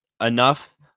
Enough